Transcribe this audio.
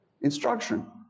instruction